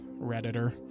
Redditor